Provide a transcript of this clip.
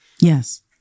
Yes